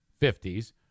50s